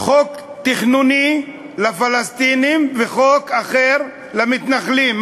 חוק תכנוני לפלסטינים וחוק אחר למתנחלים.